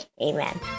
Amen